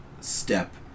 step